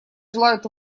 желают